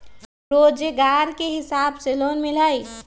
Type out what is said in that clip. रोजगार के हिसाब से लोन मिलहई?